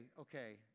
okay